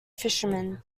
fisherman